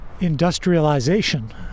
industrialization